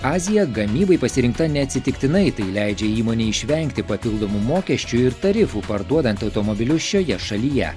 azija gamybai pasirinkta neatsitiktinai tai leidžia įmonei išvengti papildomų mokesčių ir tarifų parduodant automobilius šioje šalyje